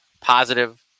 positive